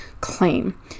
claim